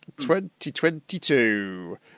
2022